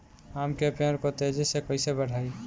आम के पेड़ को तेजी से कईसे बढ़ाई?